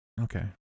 Okay